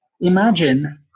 imagine